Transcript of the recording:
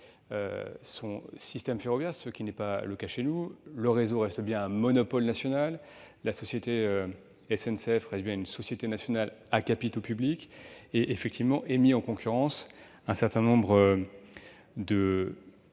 son système ferroviaire, ce qui n'est pas le cas chez nous, où le réseau reste bien un monopole national. La société SNCF demeure une société nationale à capitaux publics, qui, effectivement, est mise en concurrence sur le marché